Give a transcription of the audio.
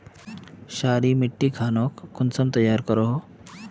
क्षारी मिट्टी खानोक कुंसम तैयार करोहो?